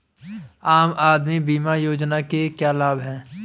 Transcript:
आम आदमी बीमा योजना के क्या लाभ हैं?